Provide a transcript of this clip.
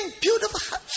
beautiful